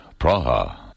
Praha